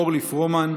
אורלי פרומן,